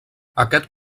aquest